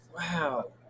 Wow